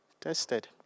Tested